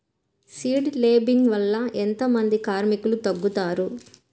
Seed లేంబింగ్ వల్ల ఎంత మంది కార్మికులు తగ్గుతారు?